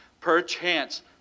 Perchance